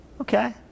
Okay